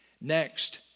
Next